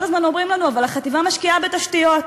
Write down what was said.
כל הזמן אומרים לנו: אבל החטיבה משקיעה בתשתיות.